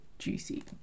juicy